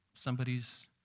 Somebody's